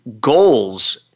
goals